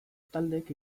taldek